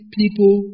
people